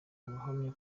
abahamya